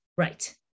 Right